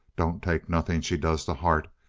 don't take nothing she does to heart.